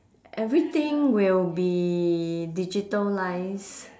everything will be digitalised